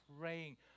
praying